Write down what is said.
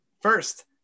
First